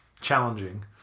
challenging